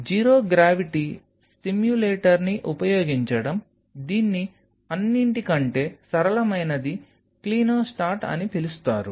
zero gravity సిమ్యులేటర్ని ఉపయోగించడం దీన్ని అన్నింటికంటే సరళమైనది క్లినోస్టాట్ అని పిలుస్తారు